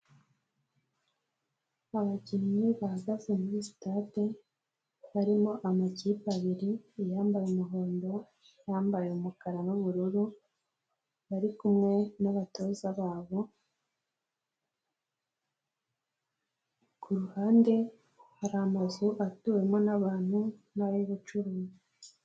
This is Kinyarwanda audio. Abakinnyi bahagaze muri sitade barimo amakipe abiri, iyambaye umuhondo, iyambaye umukara n'ubururu, bari kumwe n'abatoza babo, ku ruhande hari amazu atuwemo n'abantu n'ay'ubucuruzi.